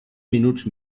minuts